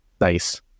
Nice